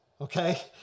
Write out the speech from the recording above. okay